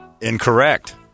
Incorrect